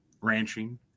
ranching